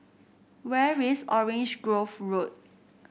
where is Orange Grove Road